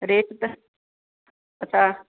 rate त पता